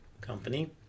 Company